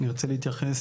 אני רוצה להתייחס,